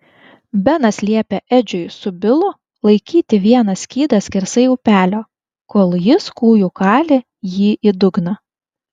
benas liepė edžiui su bilu laikyti vieną skydą skersai upelio kol jis kūju kalė jį į dugną